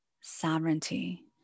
sovereignty